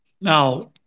Now